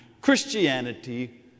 Christianity